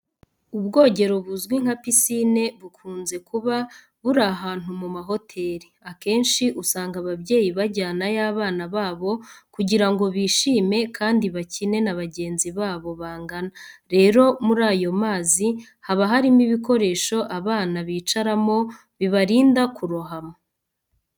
Ubwogero buzwi nka pisine bukunze kuba buri ahantu mu mahoteli. Akenshi, usanga ababyeyi bajyanayo abana babo kugira ngo bishime kandi bakine na bagenzi babo bangana. Rero muri ayo mazi haba harimo ibikoresho abana bicaramo bibarinda kurohama.